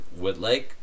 Woodlake